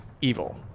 evil